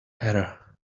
error